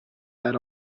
that